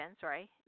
sorry